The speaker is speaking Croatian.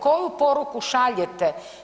Koju poruku šaljete?